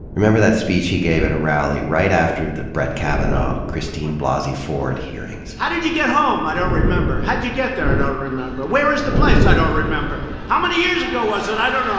remember that speech he gave at a rally right after the brett kavanaugh-christine blasey ford hearings? how did you get home? i don't remember. how'd you get there? i don't remember. where was the place? i don't remember. how many years ago was it? i don't know.